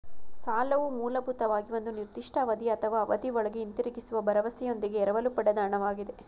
ಸಾಲವು ಮೂಲಭೂತವಾಗಿ ಒಂದು ನಿರ್ದಿಷ್ಟ ಅವಧಿ ಅಥವಾ ಅವಧಿಒಳ್ಗೆ ಹಿಂದಿರುಗಿಸುವ ಭರವಸೆಯೊಂದಿಗೆ ಎರವಲು ಪಡೆದ ಹಣ ವಾಗಿದೆ